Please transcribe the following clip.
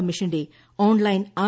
കമ്മീഷന്റെ online R